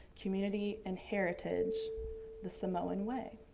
community, and heritage the samoan way.